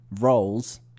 roles